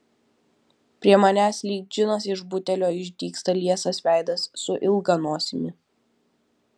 prie manęs lyg džinas iš butelio išdygsta liesas veidas su ilga nosimi